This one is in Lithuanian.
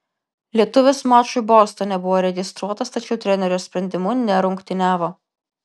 lietuvis mačui bostone buvo registruotas tačiau trenerio sprendimu nerungtyniavo